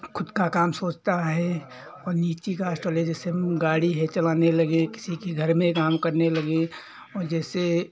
खुद का काम सोचता हैं और नीची कास्ट वाले जैसे गाड़ी है चलाने लगे किसी की घर में है काम करने लगे और जैसे